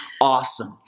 awesome